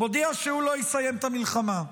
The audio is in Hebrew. מודיע שהוא לא יסיים את המלחמה,